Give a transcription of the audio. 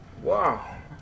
Wow